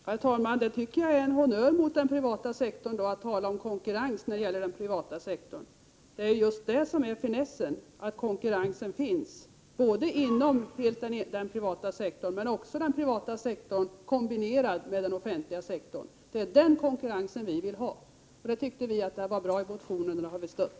Herr talman! Då tycker jag att det är en honnör mot den privata sektorn att tala om konkurrens när det gäller den privata sektorn. Det är just det som är finessen: att konkurrensen finns både inom den privata sektorn och inom den privata sektorn kombinerad med den offentliga sektorn. Det är den konkurrensen som vi vill ha. Därför tyckte vi att det här var en bra motion, och den har vi stött.